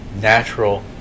natural